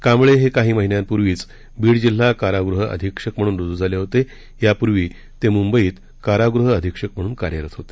कांबळे हे काही महिन्यांपूर्वीच बीड जिल्हा कारागृह अधीक्षक म्हणून रूजू झाले होते यापूर्वी ते मुंबई इथं कारागृह अधीक्षक म्हणून कार्यरत होते